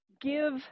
give